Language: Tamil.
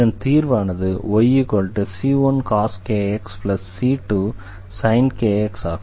இதன் தீர்வானது yc1cos kx c2sin kx ஆகும்